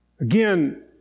Again